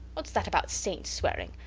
whats that about saints swearing?